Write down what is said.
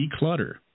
declutter